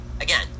again